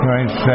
Right